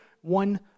one